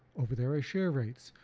over there i share rights.